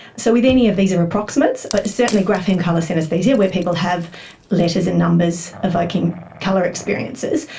so with any of these are approximates, but certainly grapheme colour synaesthesia, where people have letters and numbers evoking colour experiences,